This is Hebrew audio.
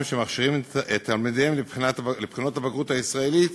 אשר מכשירים את תלמידיהם לבחינות הבגרות הישראליות